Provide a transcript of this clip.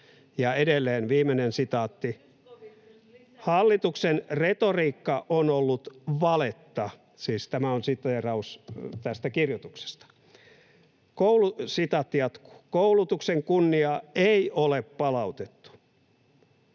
[Pia Viitasen välihuuto] ”Hallituksen retoriikka on ollut valetta.” Siis tämä on siteeraus tästä kirjoituksesta. Sitaatti jatkuu: ”Koulutuksen kunniaa ei ole palautettu.